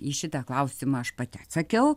į šitą klausimą aš pati atsakiau